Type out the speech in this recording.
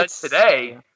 today